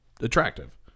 attractive